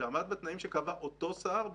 שעמד בתנאים שקבע אותו שר,